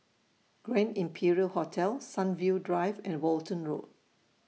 Grand Imperial Hotel Sunview Drive and Walton Road